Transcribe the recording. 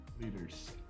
leaders